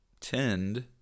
tend